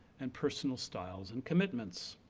and personal styles, and commitments.